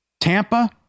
Tampa